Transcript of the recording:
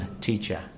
teacher